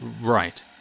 right